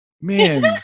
man